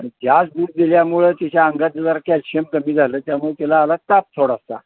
आणि जास्त दूध दिल्यामुळे तिच्या अंगाचं जरा कॅल्शियम कमी झालं त्यामुळे तिला आला ताप थोडासा